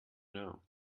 know